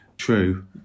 true